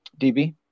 DB